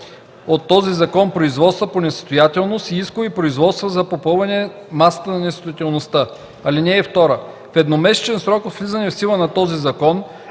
от този закон производства по несъстоятелност и искови производства за попълване масата на несъстоятелността. (2) В едномесечен срок от влизането в сила на този закон